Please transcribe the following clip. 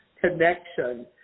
connection